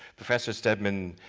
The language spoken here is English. prof. so steadman,